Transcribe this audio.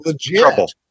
trouble